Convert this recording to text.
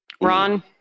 Ron